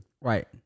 Right